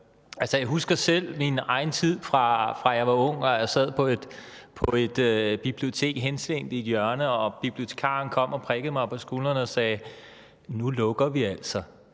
Jeg husker selv min egen tid, da jeg var ung og sad på et bibliotek henslængt i et hjørne og bibliotekaren kom og prikkede mig på skulderen og sagde: Nu lukker vi altså.